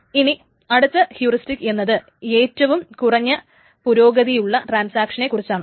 ഇനി അടുത്ത ഹ്യൂറിസ്റ്റിക് എന്നത് ഏറ്റവും കുറഞ്ഞ പുരോഗതിയുള്ള ട്രാൻസാക്ഷനെ കുറിച്ചാണ്